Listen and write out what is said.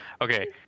Okay